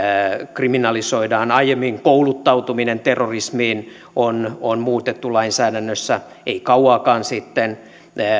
kriminalisoidaan aiemmin kouluttautuminen terrorismiin on on muutettu kielletyksi lainsäädännössä ei kauankaan sitten